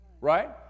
Right